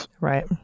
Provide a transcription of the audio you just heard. Right